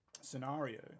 scenario